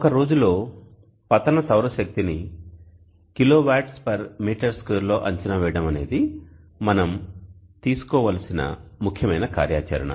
ఒక రోజులో పతన సౌరశక్తిని kWm2 లో అంచనా వేయడం అనేది మనం తీసుకోవలసిన ముఖ్యమైన కార్యాచరణ